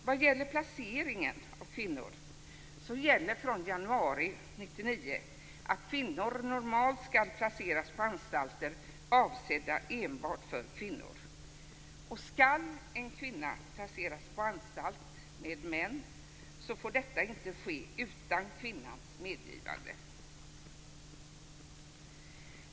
Vad gäller placeringen av kvinnor gäller från januari 1999 att de normalt skall placeras på anstalter avsedda enbart för kvinnor. Skall en kvinna placeras på anstalt med män får detta inte ske utan kvinnans medgivande.